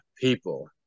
people